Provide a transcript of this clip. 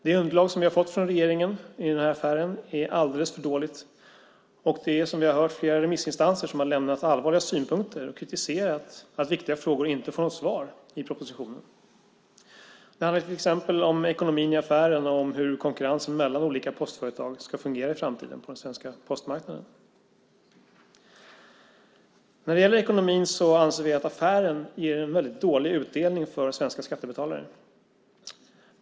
Det underlag vi har fått från regeringen i denna affär är alldeles för dåligt. Det är, som vi har hört, flera remissinstanser som har lämnat allvarliga synpunkter och kritiserat att viktiga frågor inte får svar i propositionen. Det handlar till exempel om ekonomin i affären och om hur konkurrensen mellan olika postföretag på den svenska postmarknaden ska fungera i framtiden. Vi anser att affären ger en mycket dålig utdelning för svenska skattebetalare.